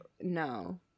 No